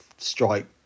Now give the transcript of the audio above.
strike